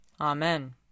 Amen